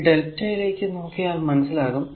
ഈ lrmΔ യിലേക്ക് നോക്കിയാൽ മനസ്സിലാകും